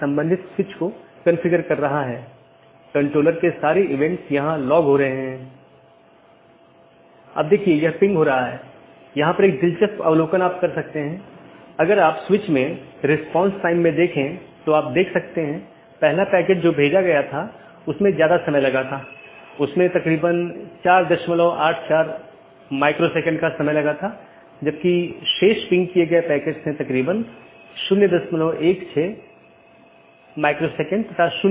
इसलिए पथ का वर्णन करने और उसका मूल्यांकन करने के लिए कई पथ विशेषताओं का उपयोग किया जाता है और राउटिंग कि जानकारी तथा पथ विशेषताएं साथियों के साथ आदान प्रदान करते हैं इसलिए जब कोई BGP राउटर किसी मार्ग की सलाह देता है तो वह मार्ग विशेषताओं को किसी सहकर्मी को विज्ञापन देने से पहले संशोधित करता है